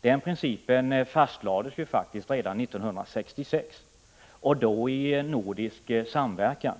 Den principen fastlades faktiskt redan 1966 i nordisk samverkan.